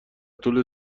طول